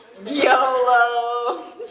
YOLO